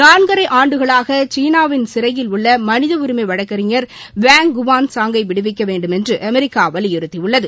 நான்கரை ஆண்டுகளாக சீனாவின் சிறையில் உள்ள மனித உரிமை வழக்கறிஞர் வேங் குவான் சாங்கை விடுவிக்க வேண்டுமென்று அமெரிக்கா வலியுறுத்தியுள்ளது